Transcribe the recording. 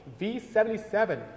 V77